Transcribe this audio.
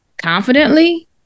Confidently